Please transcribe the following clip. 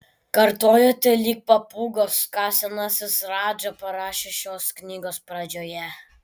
kartojate lyg papūgos ką senasis radža parašė šios knygos pradžioje